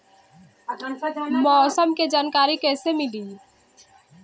मौसम के जानकारी कैसे मिली?